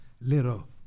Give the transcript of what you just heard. little